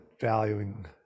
valuing